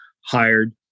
hired